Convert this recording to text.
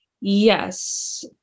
Yes